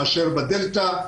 מאשר בדלתא.